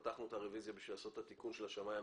פתחנו את הרביזיה כדי לעשות את התיקון של השמאי הממשלתי.